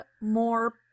more